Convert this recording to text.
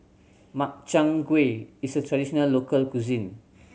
Makchang Gui is a traditional local cuisine